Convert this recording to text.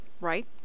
right